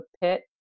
pit